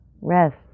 Rest